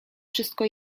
wszystko